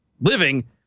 living